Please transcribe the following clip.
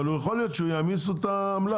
אבל יכול להיות שיעמיסו את העמלה,